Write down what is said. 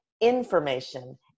information